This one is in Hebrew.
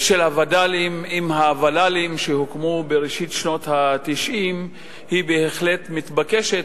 של הווד"לים עם הוול"לים שהוקמו בראשית שנות ה-90 היא בהחלט מתבקשת,